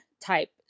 type